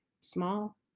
Small